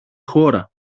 χώρα